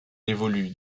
évolue